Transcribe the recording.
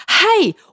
Hey